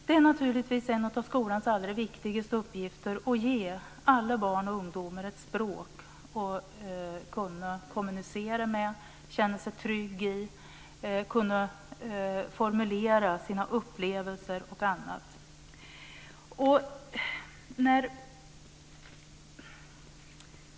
Det är naturligtvis en av skolans allra viktigaste uppgifter att ge alla barn och ungdomar ett språk att kunna kommunicera med och att känna sig trygg i, så att man kan formulera sina upplevelser osv.